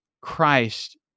Christ